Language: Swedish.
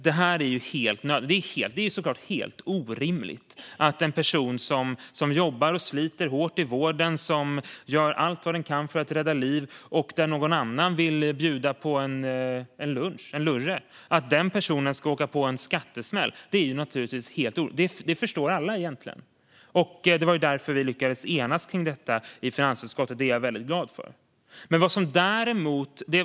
Det är såklart helt orimligt att en person som jobbar och sliter hårt i vården och gör allt den kan för att rädda liv och som någon annan vill bjuda på en lunch, en lurre, ska åka på en skattesmäll. Det är naturligtvis helt orimligt; det förstår alla. Det var därför vi lyckades enas kring detta i finansutskottet, och det är jag väldigt glad för.